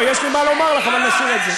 לא לא, יש לי מה לומר לך, אבל נשאיר את זה.